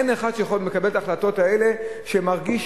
אין אחד שמקבל את ההחלטות האלה שמרגיש